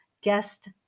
guest